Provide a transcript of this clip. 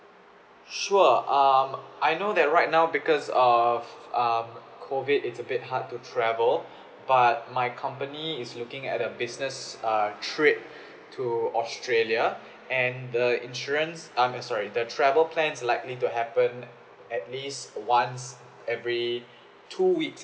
sure um I know that right now because of um COVID it's a bit hard to travel but my company is looking at a business uh trip to australia and the insurance um eh sorry the travel plans likely to happen at least once every two weeks